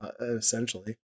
essentially